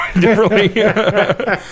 differently